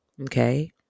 Okay